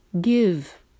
Give